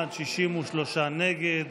63 נגד.